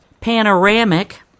Panoramic